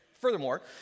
furthermore